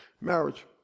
Marriage